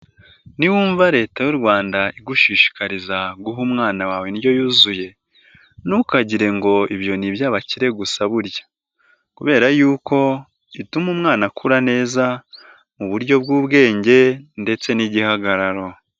Niwumva Leta y'u Rwanda igushishikariza guha umwana wawe indyo yuzuye, ntukagire ngo ibyo ni iby'abakire gusa burya kubera yuko ituma umwana akura neza mu buryo bw'ubwenge ndetse n'igihagararo.